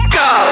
go